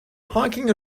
honking